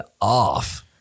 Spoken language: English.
off